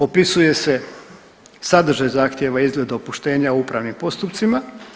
Opisuje se sadržaj zahtjeva, izgled dopuštenja o upravnim postupcima.